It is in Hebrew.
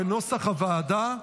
כנוסח הוועדה.